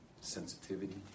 sensitivity